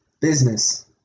Business